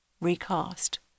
recast